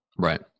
Right